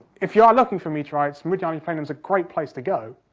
if you are looking for meteorites, meridiani plain was a great place to go.